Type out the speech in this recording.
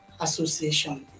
Association